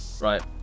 right